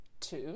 Two